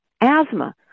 asthma